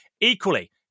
Equally